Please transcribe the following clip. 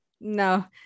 no